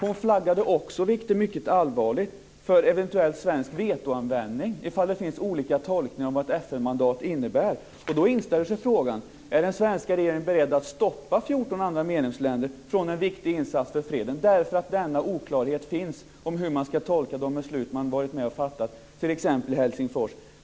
Hon flaggade också - vilket är mycket allvarligt - för eventuell svensk vetoanvändning om det finns olika tolkningar om vad ett Då inställer sig frågan: Är den svenska regeringen beredd att stoppa 14 andra medlemsländer från en viktig insats för freden därför att det finns en oklarhet om hur man ska tolka de beslut man varit med om att fatta i t.ex. Helsingfors?